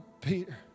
Peter